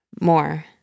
more